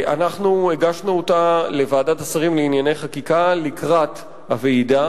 אנחנו הגשנו אותה לוועדת השרים לענייני חקיקה לקראת הוועידה.